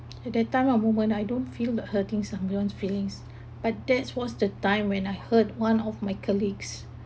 at that time of moment I don't feel that hurting someone's feelings but that was the time when I hurt one of my colleagues